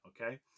okay